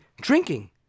drinking